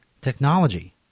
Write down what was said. technology